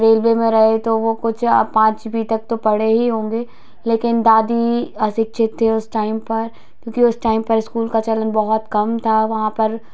railway में रहे तो वो कुछ पाँचवी तक तो पढे ही होंगे लेकिन दादी अशिक्षित थीं उस टाइम पर क्योंकि उस टाइम पर स्कूल का चलन बहुत कम था वहाँ पर